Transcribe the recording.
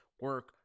Work